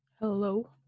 hello